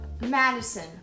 Madison